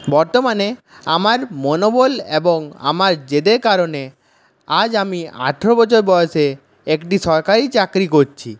বর্তমানে আমার মনোবল এবং আমার জেদের কারণে আজ আমি আঠেরো বছর বয়সে একটি সরকারি চাকরি করছি